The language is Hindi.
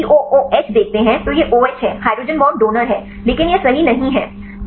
यदि आप COOH देखते हैं तो यह OH है हाइड्रोजन बॉन्ड डोनर है लेकिन यह सही नहीं है